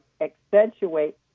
accentuate